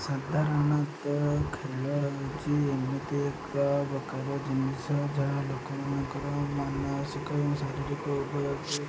ସାଧାରଣତଃ ଖେଳ ହେଉଚି ଏମିତି ଏକ ପ୍ରକାର ଜିନିଷ ଯାହା ଲୋକମାନଙ୍କର ମାନସିକ ଏବଂ ଶାରୀରିକ ଉପରେ